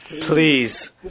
Please